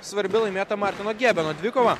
svarbi laimėta martino gebino dvikova